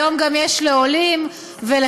והיום יש גם לעולים ולחרדים,